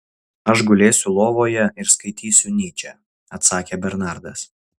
aš gulėsiu lovoje ir skaitysiu nyčę atsakė bernardas